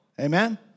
Amen